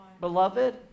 Beloved